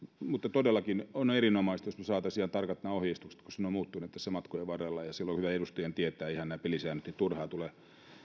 todellakin olisi erinomaista jos me saisimme ihan tarkat ohjeistukset koska ne ovat muuttuneet tässä matkojen varrella ja silloin on hyvä edustajan tietää ihan nämä pelisäännöt niin ettei turhaan tule